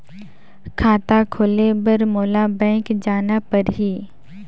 खाता खोले बर मोला बैंक जाना परही?